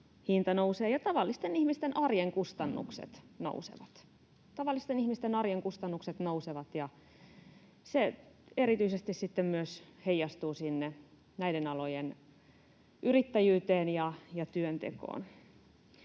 nousevat. Tavallisten ihmisten arjen kustannukset nousevat, ja se erityisesti sitten myös heijastuu näiden alojen yrittäjyyteen ja työntekoon.